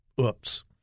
Oops